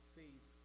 faith